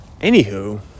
anywho